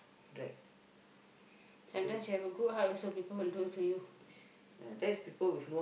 sometimes you have a good heart also people will do to you